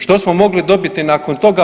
Što smo mogli dobiti nakon toga?